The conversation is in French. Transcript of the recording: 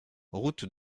route